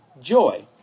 joy